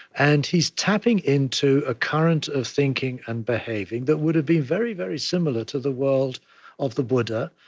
and he's tapping into a current of thinking and behaving that would've been very, very similar to the world of the buddha,